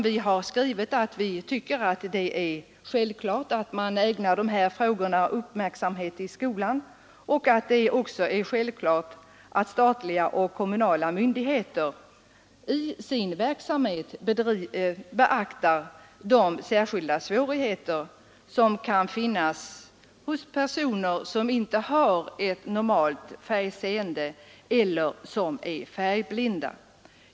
Vi tycker att det är självklart att man ägnar dessa frågor uppmärksamhet i skolan, liksom att statliga och kommunala myndigheter i sin verksamhet beaktar de särskilda svårigheter som kan finnas hos personer som inte har ett normalt färgseende.